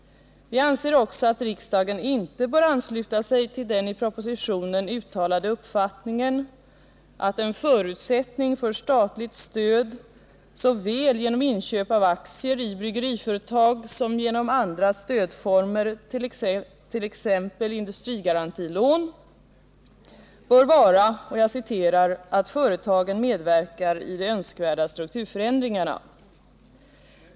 Vi anser också att riksdagen inte bör ansluta sig till den i propositionen uttalade uppfattningen att en förutsättning för statligt stöd — såväl genom inköp av aktier i bryggeriföretag som genom andra stödformer,t.ex. industrigarantilån — bör vara ”att företagen medverkar i de önskvärda strukturförändringarna”.